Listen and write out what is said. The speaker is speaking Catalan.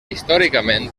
històricament